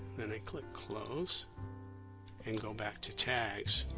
then i click close and go back to tags